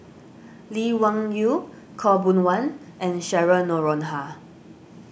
Lee Wung Yew Khaw Boon Wan and Cheryl Noronha